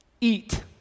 Eat